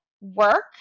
work